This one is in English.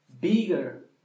bigger